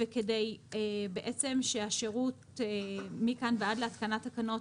וכדי שהשירות מכאן ועד להתקנת התקנות,